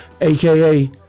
aka